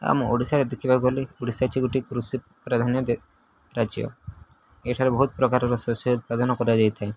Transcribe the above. ଆମ ଓଡ଼ିଶାରେ ଦେଖିବାକୁ ଗଲେ ଓଡ଼ିଶା ହେଉଛି ଗୋଟିଏ କୃଷି ପ୍ରାଧାନ୍ୟ ରାଜ୍ୟ ଏଠାରେ ବହୁତ ପ୍ରକାରର ଶସ୍ୟ ଉତ୍ପାଦନ କରାଯାଇଥାଏ